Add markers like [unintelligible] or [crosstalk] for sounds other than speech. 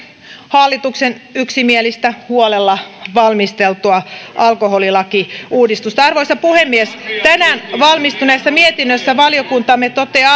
hallituksen yksimielistä huolella valmisteltua alkoholilakiuudistusta arvoisa puhemies tänään valmistuneessa mietinnössä valiokuntamme toteaa [unintelligible]